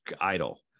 idle